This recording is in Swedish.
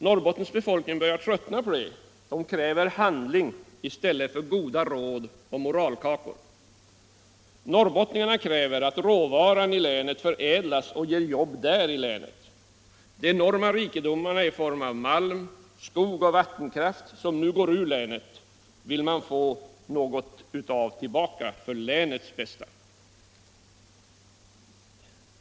Norrbottens befolkning börjar tröttna på detta. Den kräver handling i stället för goda råd och moralkakor. Norrbottningarna kräver att råvarorna i länet förädlas och ger jobb i länet. Av de enorma rikedomar i form av malm, skog och vattenkraft, som nu går ur länet, vill man få något tillbaka för länets bästa.